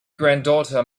granddaughter